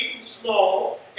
small